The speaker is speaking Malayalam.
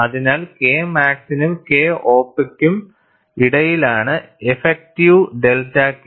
അതിനാൽ K മാക്സിനും K op ക്കും ഇടയിലാണ് ഇഫക്റ്റീവ് ഡെൽറ്റ K